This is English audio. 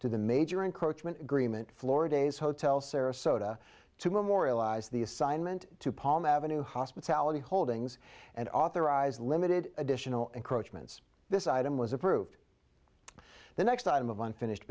to the major encroachments agreement florida hotel sarasota to memorialize the assignment to palm ave hospitality holdings and authorize limited additional encroachment so this item was approved the next item of unfinished